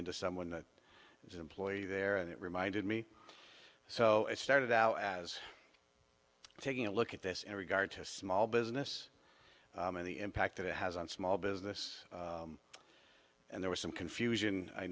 into someone that is an employee there and it reminded me so it started out as taking a look at this in regard to small business and the impact it has on small business and there was some confusion i